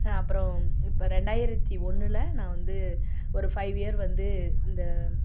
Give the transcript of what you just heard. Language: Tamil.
அப்புறம் இப்போ ரெண்டாயிரத்தி ஒன்றில் நான் வந்து ஒரு ஃபைவ் இயர் வந்து இந்த